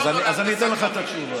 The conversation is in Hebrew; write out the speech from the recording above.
אז אני אתן לך את התשובה.